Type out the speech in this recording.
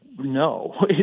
No